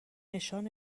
نشان